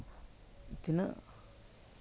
ᱛᱤᱱᱟᱹᱜ